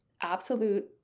absolute